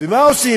ומה עושים?